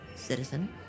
citizen